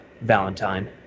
Valentine